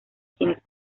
quienes